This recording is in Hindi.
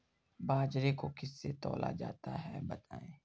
बाजरे को किससे तौला जाता है बताएँ?